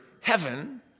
heaven